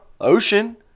ocean